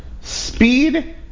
Speed